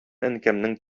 әнкәмнең